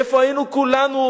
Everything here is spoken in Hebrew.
איפה היינו כולנו?